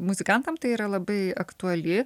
muzikantam tai yra labai aktuali